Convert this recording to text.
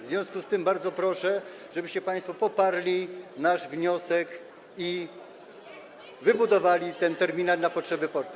W związku z tym bardzo proszę, żebyście państwo poparli nasz wniosek i wybudowali ten terminal na potrzeby portu.